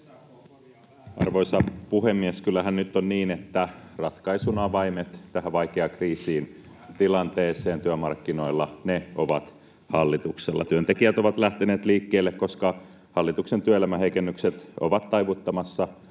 Arvoisa puhemies! Kyllähän nyt on niin, että ratkaisun avaimet tähän vaikeaan kriisiin, tilanteeseen työmarkkinoilla, ne ovat hallituksella. Työntekijät ovat lähteneet liikkeelle, koska hallituksen työelämäheikennykset ovat taivuttamassa